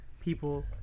people